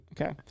Okay